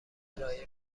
ارائه